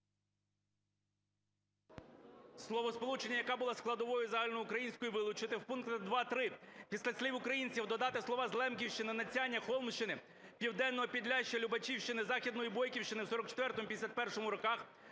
Словосполучення "яка була складовою загальноукраїнської" вилучити. В пункті 2.3 після слів "українців" додати слова "з Лемківщини, Надсяння, Холмщини, Південного Підляшшя, Любачівщини, Західної Бойківщини в 1944-1951 роках".